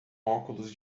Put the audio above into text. óculos